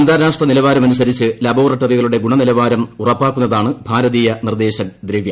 അന്താരാഷ്ട്ര നിലവാരമനുസരിച്ച് ലബോറട്ടറികളുടെ ഗുണനിലവാരം ഉറപ്പാക്കുന്നതാണ് ഭാരതീയ നിർദ്ദേശക് ദ്രവ്യ